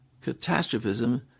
catastrophism